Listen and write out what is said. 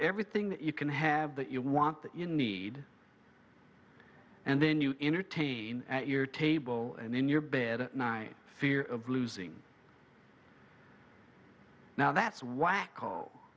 everything that you can have that you want that you need and then you entertain at your table and in your bed at night fear of losing now that's why